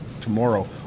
tomorrow